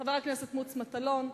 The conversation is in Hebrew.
חבר הכנסת מוץ מטלון,